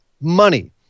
money